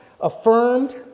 affirmed